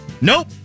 Nope